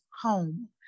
home